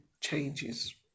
changes